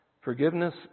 forgiveness